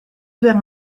vers